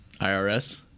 IRS